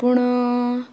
पूण